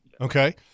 Okay